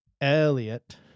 Elliot